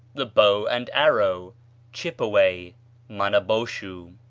the bow and arrow chippeway manaboshu.